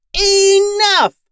Enough